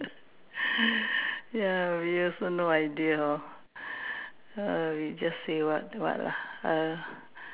ya we also no idea lor we just say what what lah